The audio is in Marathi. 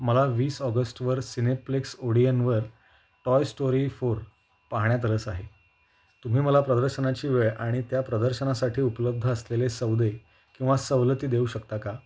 मला वीस ऑगस्टवर सिनेप्लेक्स ओडियनवर टॉय स्टोरी फोर पाहण्यात रस आहे तुम्ही मला प्रदर्शनाची वेळ आणि त्या प्रदर्शनासाठी उपलब्ध असलेले सौदे किंवा सवलती देऊ शकता का